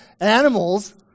animals